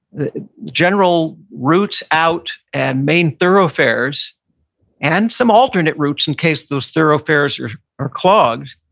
the general routes out and main thoroughfares and some alternate routes in case those thoroughfares are are clogged,